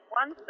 one